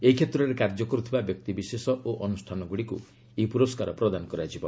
ଏହି କ୍ଷେତ୍ରରେ କାର୍ଯ୍ୟ କରୁଥିବା ବ୍ୟକ୍ତିବିଶେଷ ଓ ଅନୁଷ୍ଠାନଗୁଡ଼ିକୁ ଏହି ପୁରସ୍କାର ପ୍ରଦାନ କରାଯିବ